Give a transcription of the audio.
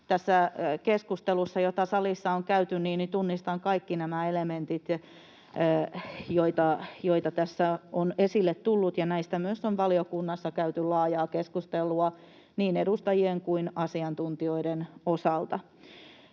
Tässä keskustelussa, jota salissa on käyty, tunnistan kaikki nämä elementit, joita tässä on esille tullut, ja näistä myös on valiokunnassa käyty laajaa keskustelua niin edustajien kuin asiantuntijoiden osalta.